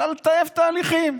אלא לטייב תהליכים.